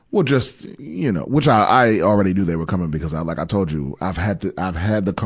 well, just, you know, which i, i already knew they were coming because i'm, like i told you, i've had the, i've had the con,